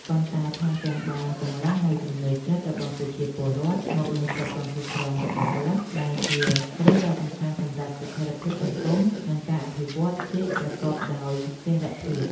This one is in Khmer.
ប៉ុន្តែថែមទាំងបានពង្រឹងនូវជំនឿចិត្តរបស់ប្រជាពលរដ្ឋមកលើប្រព័ន្ធគ្រប់គ្រងរបស់រដ្ឋ ដែលជាគ្រឹះដ៏សំខាន់សម្រាប់ស្ថិរភាពសង្គម និងការអភិវឌ្ឍជាតិប្រកបដោយចីរភាព។